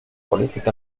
política